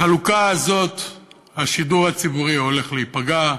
בחלוקה הזאת השידור הציבורי הולך להיפגע.